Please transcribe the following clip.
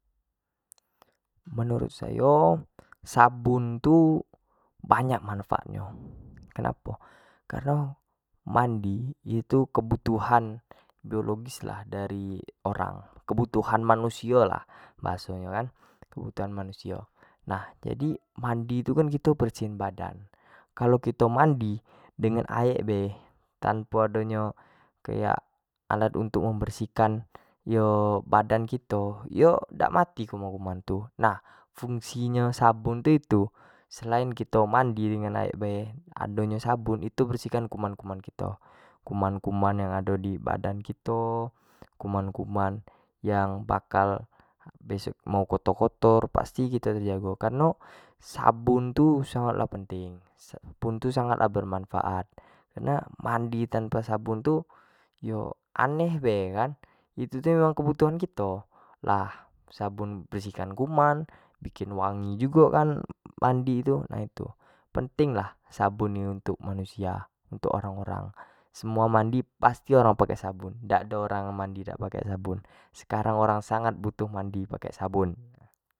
menurut sayo sabun tu banyak manfaat nyo kenapo kareno mandi tu kebutuhan biologois lah daro orang, kebutuhan manusio lah bahaso nyo kan kebutuhan manusio nah jadi mandi tu kan kito bersihin badan kalo kito mandi dengan aek be tanpo ado nyo kayak alat untuk membersihkan yo badan kito, yo dak mati kuman- kuman tu nah, fungsi nyo sabun tu itu selain kito mandi dengan aek bae ado nyo sabun itu bersih kan kuman- kuman kito, kuman- kuman yang ado di badan kito, kuman- kuman yang bakal bes mau kotor- kotor pasti kito tejago, kareno sabun tu sangat lah penting sabun tu sangat lah bermanfaat nah mandi tanpa sabun tu aneh bae kan, itu tu memang kebutuhan kito, lah sabun bersihkan kuman, bikin wangi jugo kan mandi tu nah itu penting lah, sabun untuk manusia untuk orang- orang, semuo mandi pasti orang pake sabun dak ado orang mandi dak pake sabun, sekarang orang sangat butuh mandi pake sabun.